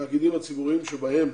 התאגידים הציבוריים שבהם